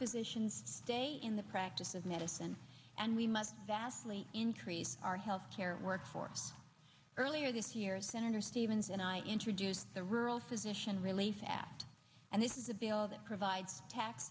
physicians stay in the practice of medicine and we must vastly increase our health care workforce earlier this year senator stevens and i introduced the rural physician relief ad and this is a bill that provides tax